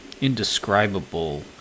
indescribable